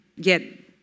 get